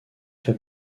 fait